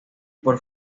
por